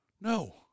No